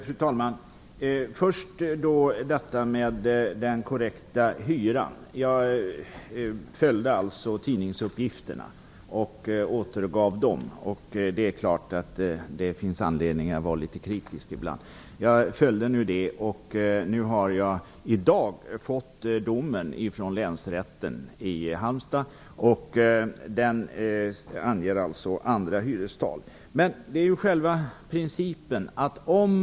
Fru talman! Först vill jag ta upp frågan om den korrekta hyran. Jag följde tidningsuppgifterna och återgav dem. Det är klart att det finns anledning att vara litet kritisk ibland. Jag har i dag fått domen från Men det är själva principen det gäller.